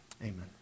Amen